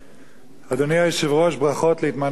ברכות להתמנותך לסגן יושב-ראש הכנסת.